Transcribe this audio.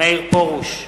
מאיר פרוש,